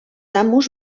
amos